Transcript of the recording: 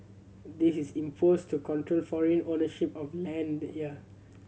this is imposed to control foreign ownership of land here